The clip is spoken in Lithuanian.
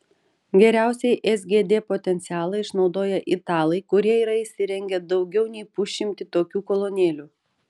geriausiai sgd potencialą išnaudoja italai kurie yra įsirengę daugiau nei pusšimtį tokių kolonėlių